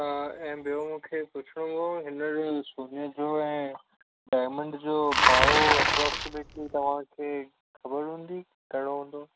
हा ऐं ॿियो मूंखे पुछिणो हो इनजो सोने जो ऐं डाएमंड जो भाव अप्रोक्समेटिली तव्हांखे ख़बर हुंदी घणो हुंदो